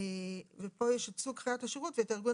פה יש את סוג חיית השירות ואת הארגון